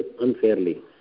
unfairly